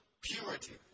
purity